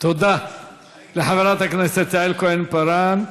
תודה לחבר הכנסת יעל כהן-פארן.